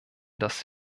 das